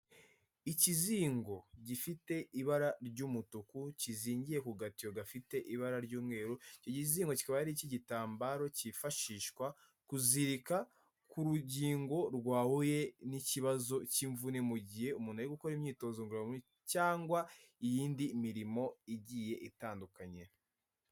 Ikizingo gifite ibara ry'umutuku kizingiye ku gatiyo gafite ibara ry'umweru, icyo kizingo kikaba ari icy'igitambaro cyifashishwa kuzirika ku rugingo rwahuye n'ikibazo cy'imvune mu gihe umuntu ari gukora imyitozo ngoromubiri cyangwa iyindi mirimo igiye itandukanye.